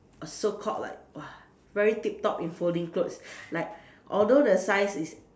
a so called like !wah! very tip top in folding clothes like although the size is